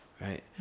right